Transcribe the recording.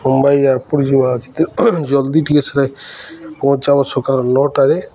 Mumbai airport ଯିବାର ଅଛି ତେଣୁ ଜଲ୍ଦି ଟିକେ ପହଁଞ୍ଚେଇବ ସକାଳ ନଅଟାରେ